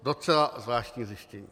Docela zvláštní zjištění.